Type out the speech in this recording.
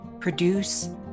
produce